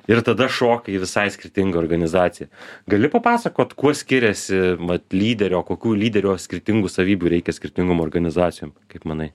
ir tada šokai į visai skirtingą organizaciją gali papasakot kuo skiriasi vat lyderio kokių lyderio skirtingų savybių reikia skirtingum organizacijom kaip manai